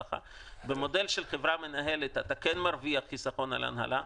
במודל של חברה מנהלת אתה מרוויח חיסכון על הנהלה,